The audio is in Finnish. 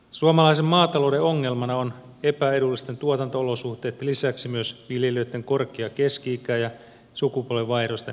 suomalaisen maatalouden ongelmana on epäedullisten tuotanto olosuhteitten lisäksi myös viljelijöitten korkea keski ikä ja sukupolvenvaihdosten vähäisyys